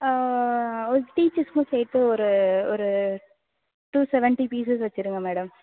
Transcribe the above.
ஒரு டீச்சர்ஸுக்கும் சேர்த்து ஒரு ஒரு டூ செவென்டி பீசஸ் வைச்சிருங்க மேடம்